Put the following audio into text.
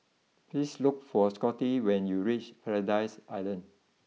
please look for Scotty when you reach Paradise Island